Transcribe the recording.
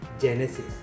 Genesis